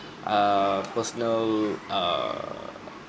err personal err